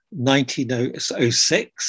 1906